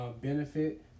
benefit